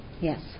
Yes